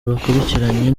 bakurikiranye